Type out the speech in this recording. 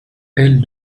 elles